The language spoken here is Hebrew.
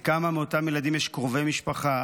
לכמה מאותם ילדים יש קרובי משפחה,